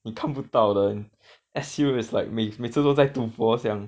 你看不到的 S_U is like 每每次都在赌博这样